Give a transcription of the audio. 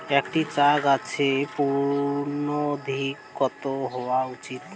একটি চা গাছের পূর্ণদৈর্ঘ্য কত হওয়া উচিৎ?